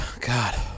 God